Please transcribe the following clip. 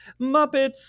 Muppets